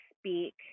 speak